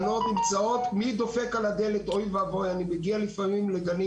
לפעמים אני מגיע לגנים,